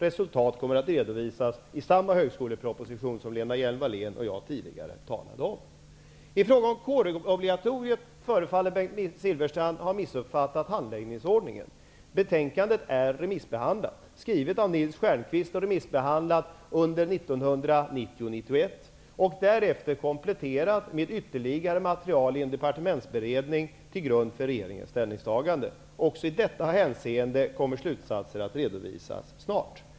Resultat kommer att redovisas i samma högskoleproposition som Lena Hjelm-Wallén och jag tidigare talade om. I fråga om kårobligatoriet förefaller Bengt Silfverstrand ha missuppfattat handläggningsordningen. Betänkandet är skrivet av Nils Stjernkvist och remissbehandlat under 1990 och 1991. Därefter är det kompletterat med ytterligare material i en departementsberedning, till grund för regeringens ställningstagande. Även i detta hänseende kommer slutsatser att redovisas snart.